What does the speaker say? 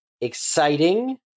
exciting